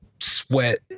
sweat